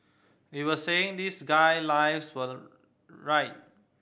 we were saying this guy lives right